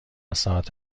ساعت